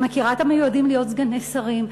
אני מכירה את המיועדים להיות סגני שרים,